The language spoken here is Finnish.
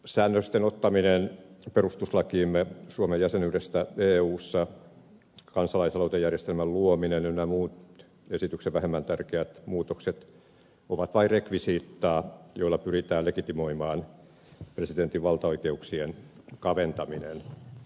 säännösten ottaminen perustuslakiimme suomen jäsenyydestä eussa kansalaisaloitejärjestelmän luominen ynnä muut esityksen vähemmän tärkeät muutokset ovat vain rekvisiittaa joilla pyritään legitimoimaan presidentin valtaoikeuksien kaventaminen